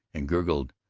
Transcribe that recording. and gurgled,